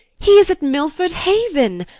he is at milford haven.